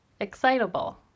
excitable